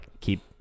keep